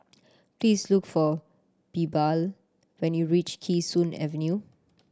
please look for Bilal when you reach Kee Sun Avenue